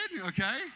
okay